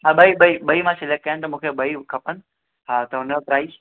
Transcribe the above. हा ॿई ॿई ॿई मां सिलेक्ट कया आहिनि त मूंखे ॿई खपनि हा त हुनजो प्राइज़